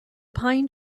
pine